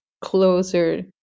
closer